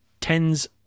tens